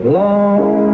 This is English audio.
long